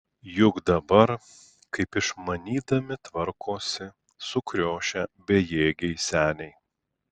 juk dabar kaip išmanydami tvarkosi sukriošę bejėgiai seniai